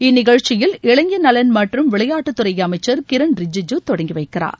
இந்நிகழ்ச்சியில் இளைஞர் நலன் மற்றும் விளையாட்டுத்துறை அமைச்சர் கிரண் ரிஜிஜு தொடங்கி வைக்கிறார்